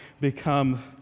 become